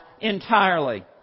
entirely